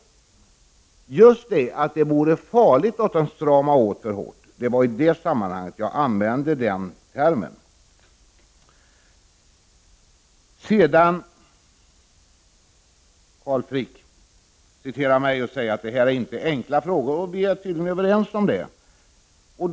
Just det, dvs. att det vore farligt att strama åt för hårt. Det var i detta sammanhang jag använde termen. Carl Frick sade att jag hade sagt att detta inte var några enkla frågor. Och vi är tydligen överens om det.